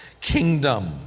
kingdom